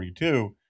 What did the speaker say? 42